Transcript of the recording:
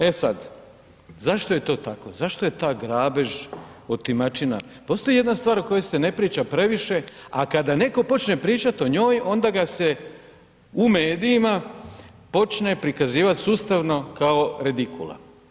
E sad, zašto je to tako, zašto je ta grabež, otimačina, postoji jedna stvar o kojoj se ne priča previše, a kad a netko počne pričati o njoj onda ga se u medijima počne prikazivat sustavno kao redikula.